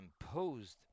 imposed